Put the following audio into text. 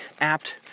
apt